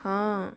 ହଁ